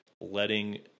letting –